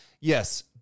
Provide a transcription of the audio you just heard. Yes